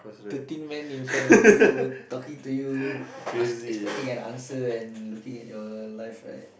thirteen men in front of you talking to you ask expecting an answer and looking at your knife like